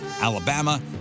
Alabama